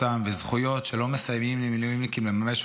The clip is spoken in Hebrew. וזכויות שלא מסייעים למילואימניקים לממש,